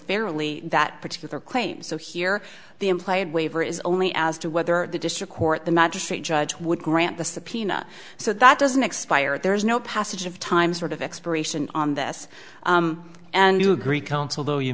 fairly that particular claim so here the implied waiver is only as to whether the district court the magistrate judge would grant the subpoena so that doesn't expire there is no passage of time sort of expiration on this and you agree counsel though you